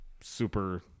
super